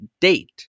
date